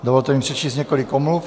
Dovolte mi přečíst několik omluv.